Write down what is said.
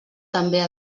també